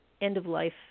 end-of-life